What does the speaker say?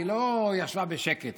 היא לא ישבה בשקט,